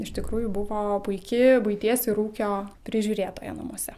iš tikrųjų buvo puiki buities ir ūkio prižiūrėtoja namuose